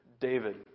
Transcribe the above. David